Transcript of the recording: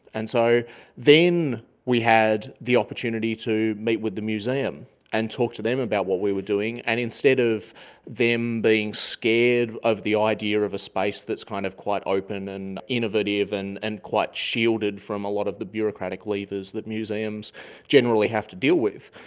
and so then we had the opportunity to meet with the museum and talk to them about what we were doing. and instead of them being scared of the idea of a space that's kind of quite open and innovative and and quite shielded shielded from a lot of the bureaucratic levers that museums generally have to deal with,